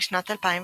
בשנת 2011